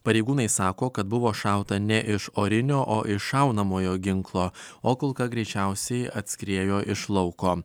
pareigūnai sako kad buvo šauta ne iš orinio šaunamojo ginklo o kulka greičiausiai atskriejo iš lauko